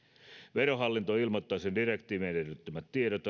verohallinto ilmoittaisi direktiivin edellyttämät tiedot